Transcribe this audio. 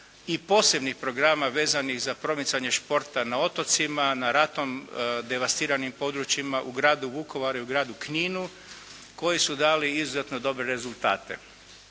i posebnih programa vezanih za promicanje športa na otocima, na ratom devastiranim područjima u gradu Vukovaru i u gradu Kninu, koji su dali izuzetno dobre rezultate.